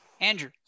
Andrew